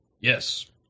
Yes